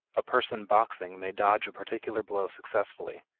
a person boxing may dodge a particular blow successfully,